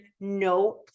No